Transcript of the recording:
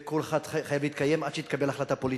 וכל אחד חייב להתקיים עד שתתקבל החלטה פוליטית,